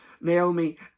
Naomi